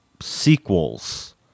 sequels